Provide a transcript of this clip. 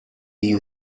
you